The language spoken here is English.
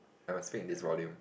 I must speak in this volume